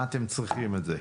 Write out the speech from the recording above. מה אתם צריכים את זה?